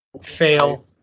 fail